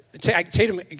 Tatum